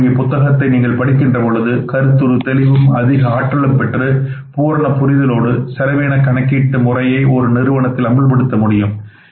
மேற்கூறிய புத்தகத்தை நீங்கள் படிக்கின்ற பொழுது கருத்துரு தெளிவும் அதிக ஆற்றலும் பெற்று பூரண புரிதலோடு செலவீன கணக்கீட்டு முறையை ஒரு நிறுவனத்தில் அமல்படுத்த முடியும்